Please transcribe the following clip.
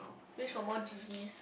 wish for more genies